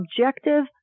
objective